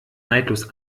neidlos